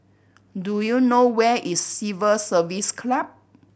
do you know where is Civil Service Club